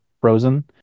frozen